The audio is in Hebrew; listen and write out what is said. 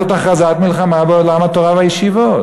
זאת הכרזת מלחמה על עולם התורה והישיבות.